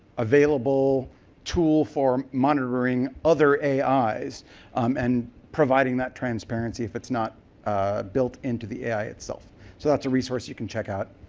available tool for monitoring other ais um and providing that transparency if it's not built into the ai itself. so that's a resource you can check out,